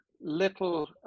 little